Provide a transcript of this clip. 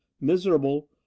miserable